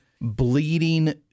bleeding